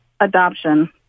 adoption